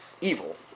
evil